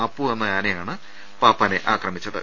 അപ്പു എന്ന ആനയാണ് പാപ്പാനെ ആക്രമിച്ചത്